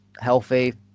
healthy